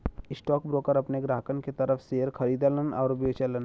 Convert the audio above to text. stockbroker अपने ग्राहकन के तरफ शेयर खरीदलन आउर बेचलन